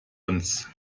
uns